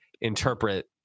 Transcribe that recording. interpret